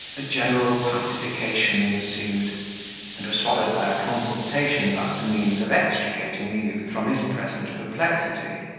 a general pacification ensued and was followed by a consultation about the means of extricating the youth from his present perplexity.